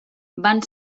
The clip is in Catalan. van